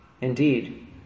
Indeed